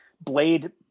Blade